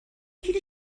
کیلو